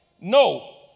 No